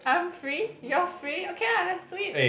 I'm free you're free okay lah let's do it